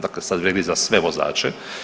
Dakle, sad vrijedi za sve vozače.